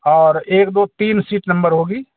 और एक दो तीन सीट नंबर होंगी